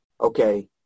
okay